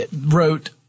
wrote